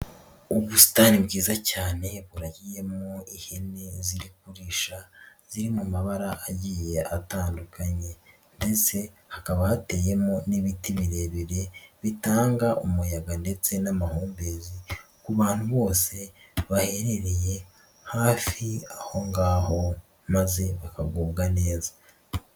Ubusitani bwiza cyane buragiyemo ihene zirikurisha ziri mu mabara agiye atandukanye ndetse hakaba hateyemo n'ibiti birebire bitanga umuyaga ndetse n'amahumbezi ku bantu bose baherereye hafi aho ngaho maze bakagubwa neza.